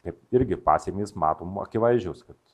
kaip irgi pasekmės matom akivaizdžios kad